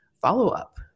follow-up